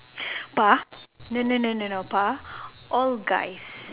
but no no no no no but all guys